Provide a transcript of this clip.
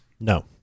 No